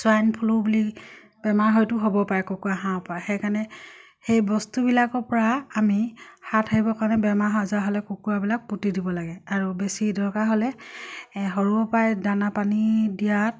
swine flu বুলি বেমাৰ হয়তো হ'ব পাৰে কুকুৰা হাঁহৰ পৰা সেইকাৰণে সেই বস্তুবিলাকৰ পৰা আমি হাত সাৰিবৰ কাৰণে বেমাৰ আজাৰ হ'লে কুকুৰাবিলাক পুতি দিব লাগে আৰু বেছি দৰকাৰ হ'লে সৰুৰ পৰাই দানা পানী দিয়াত